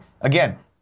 Again